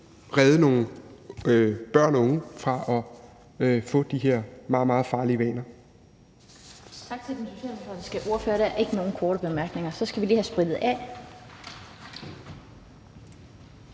redde nogle børn og unge fra at få de her meget, meget farlige vaner.